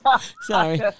Sorry